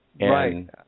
Right